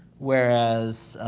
whereas,